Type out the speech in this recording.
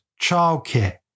childcare